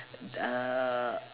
uhh